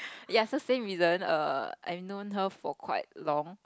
ya so same reason err I known her for quite long